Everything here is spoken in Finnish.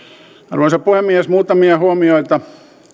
arvoisa puhemies muutamia huomioita